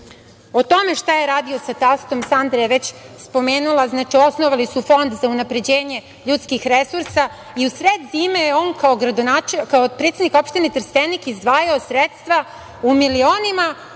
tome šta je radio sa tastom, Sandra je već spomenula. Znači, osnovali su Fond za unapređenje ljudskih resursa i u sred zime je on kao predsednik opštine Trstenik izdvajao sredstva u milionima